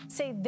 say